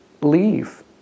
leave